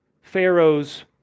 Pharaoh's